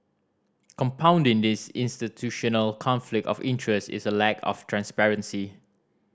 compounding this institutional conflict of interest is a lack of transparency